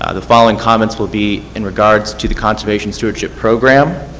ah the following comments will be in regards to the conservation stewardship program.